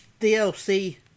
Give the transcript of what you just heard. DLC